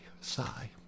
Sigh